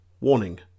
Warning